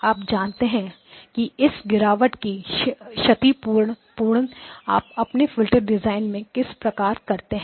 आप जानते हैं कि इस गिरावट की क्षतिपूर्ति आप अपने फिल्टर डिजाइन में किस प्रकार कर सकते हैं